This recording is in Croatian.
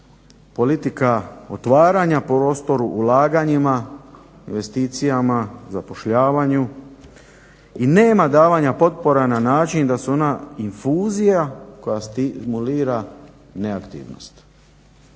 politika otvaranja prostoru ulaganjima, investicijama, zapošljavanju. I nema davanja potpora na način da su ona infuzija koja stimulira neaktivnost.